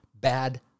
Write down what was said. bad